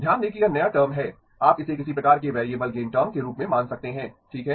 ध्यान दें कि यह नया टर्म है आप इसे किसी प्रकार के वैरिएबल गेन टर्म के रूप में मान सकते हैं ठीक है